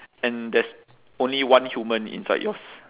and there's only one human inside yours